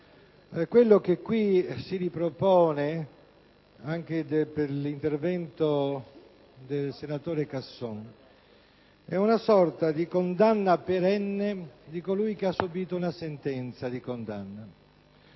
quello che ora si ripropone, anche con l'intervento del senatore Casson, è una sorta di condanna perenne di colui che ha subito una sentenza di condanna.